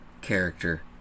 character